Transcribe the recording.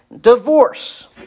Divorce